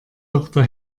doktor